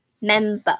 Member